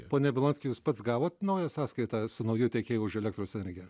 pone bilotki jūs pats gavot naują sąskaitą su nauju tiekėju už elektros energiją